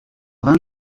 vingt